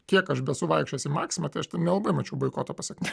kiek aš besu vaikščiojęs į maksimą tai aš nelabai mačiau boikoto pasekmių